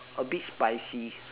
a bit spicy